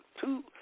two